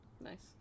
Nice